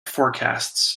forecasts